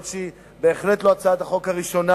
אומנם היא בהחלט לא הצעת החוק הראשונה